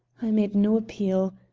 i made no appeal.